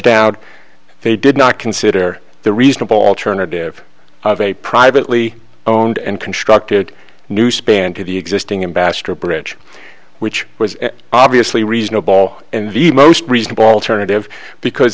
down they did not consider the reasonable alternative of a privately owned and constructed new span to the existing in bastrop bridge which was obviously reasonable and the most reasonable alternative because